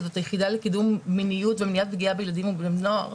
שזו היחידה לקידום מיניות ולמניעת פגיעה בילדים ובנוער,